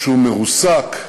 שהוא מרוסק,